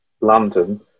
London